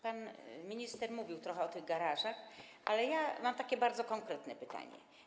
Pan minister mówił trochę o tych garażach, ale ja mam bardzo konkretne pytanie.